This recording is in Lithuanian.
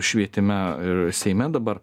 švietime ir seime dabar